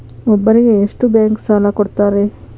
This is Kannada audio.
ಒಬ್ಬರಿಗೆ ಎಷ್ಟು ಬ್ಯಾಂಕ್ ಸಾಲ ಕೊಡ್ತಾರೆ?